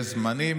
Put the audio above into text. יש זמנים